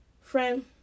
friend